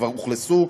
כבר אוכלסו,